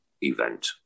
event